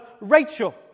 Rachel